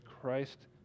Christ